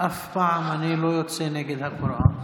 אני לא יוצא אף פעם נגד הקוראן.